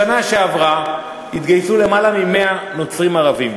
בשנה שעברה התגייסו למעלה מ-100 נוצרים ערבים,